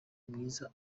mwiza